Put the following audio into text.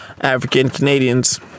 African-Canadians